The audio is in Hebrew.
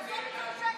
לעזוב את זה בשקט,